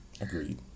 Agreed